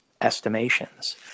estimations